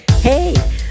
Hey